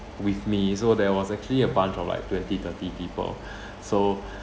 with me so there was actually a bunch of like twenty thirty people so